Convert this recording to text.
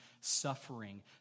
suffering